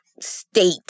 state